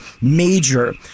major